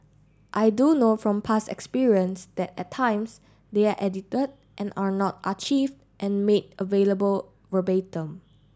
I do know from past experience that at times they are edited and are not and made available verbatim